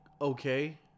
okay